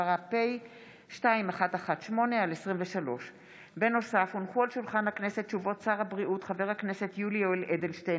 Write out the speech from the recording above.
מאת חבר הכנסת עודד פורר,